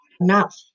Enough